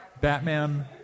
Batman